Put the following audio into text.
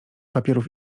papierów